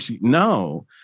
No